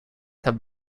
have